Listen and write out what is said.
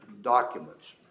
documents